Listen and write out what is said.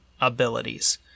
abilities